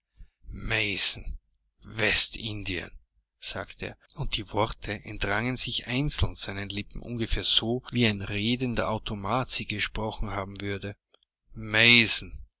mason westindien sagte er und die worte entrangen sich einzeln seinen lippen ungefähr so wie ein redender automat sie gesprochen haben würde